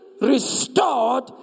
restored